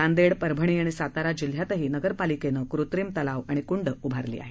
नांदेड परभणी आणि सातारा जिल्ह्यातही नगरपालिकेनं कृत्रिम तलाव आणि कुंड उभारली आहे